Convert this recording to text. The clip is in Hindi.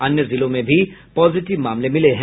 अन्य जिलों में भी पॉजिटिव मामले मिले हैं